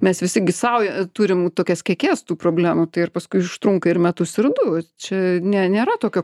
mes visi gi sau turim tokias kiekės tų problemų tai ir paskui užtrunka ir metus ir du čia ne nėra tokio